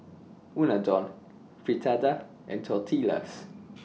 Unadon Fritada and Tortillas